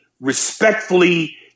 respectfully